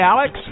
Alex